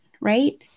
right